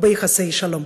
ביחסי שלום.